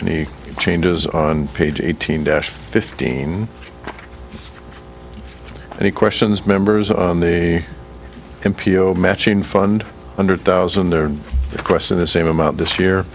any changes on page eighteen dash fifteen any questions members on the computer matching fund hundred thousand there of course and the same amount this year